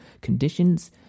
conditions